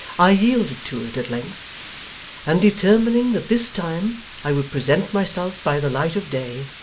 i yielded to it at length and determining that this time i would present myself by the light of day,